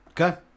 Okay